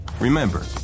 Remember